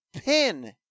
pin